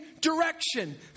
direction